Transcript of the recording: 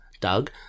Doug